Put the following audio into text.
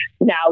Now